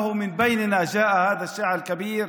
שמאיתנו יצא המשורר הערבי הגדול הזה,)